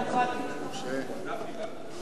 תודה.